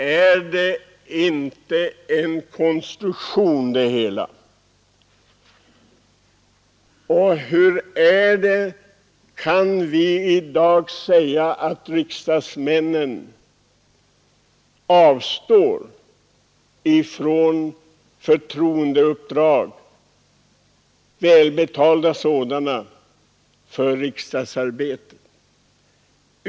Är inte det hela en konstruktion? Kan vi i dag säga att riksdagsmännen avstår från förtroendeuppdrag — välbetalda sådana — för riksdagsarbetet?